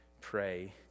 pray